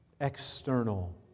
external